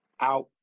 out